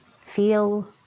feel